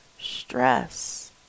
stress